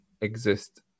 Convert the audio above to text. exist